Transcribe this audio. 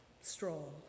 stroll